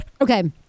Okay